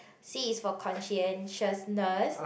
C is for conscientiousness